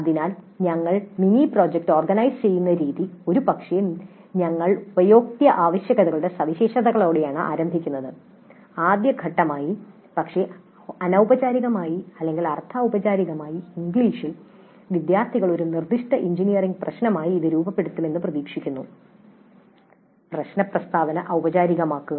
അതിനാൽ ഞങ്ങൾ mini project ഓർഗനൈസുചെയ്യുന്ന രീതി ഒരുപക്ഷേ ഞങ്ങൾ ഉപയോക്തൃ ആവശ്യകതകളുടെ സവിശേഷതയോടെയാണ് ആരംഭിക്കുന്നത് ആദ്യ ഘട്ടമായി പക്ഷേ അനൌപചാരികമായി അല്ലെങ്കിൽ അർദ്ധ ഊപചാരികമായി ഇംഗ്ലീഷിൽ വിദ്യാർത്ഥികൾ ഒരു നിർദ്ദിഷ്ട എഞ്ചിനീയറിംഗ് പ്രശ്നമായി ഇത് രൂപപ്പെടുത്തുമെന്ന് പ്രതീക്ഷിക്കുന്നു പ്രശ്നപ്രസ്താവന ഔപചാരികമാക്കുക